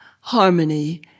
harmony